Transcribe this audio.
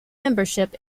membership